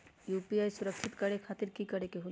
UPI सुरक्षित करे खातिर कि करे के होलि?